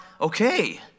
okay